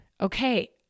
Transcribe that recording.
Okay